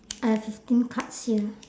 I have a few cards here